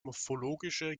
morphologische